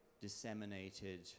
disseminated